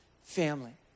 Family